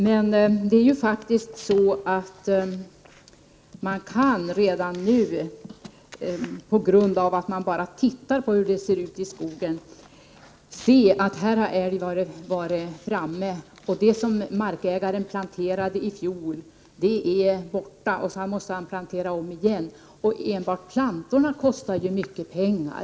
Men man kan redan nu, genom att bara titta hur det ser ut i skogen, se var älgar har varit framme. Det som markägaren planterade i fjol är borta. Han måste plantera om igen, och enbart plantorna kostar mycket pengar.